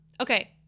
Okay